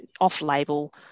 off-label